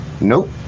Nope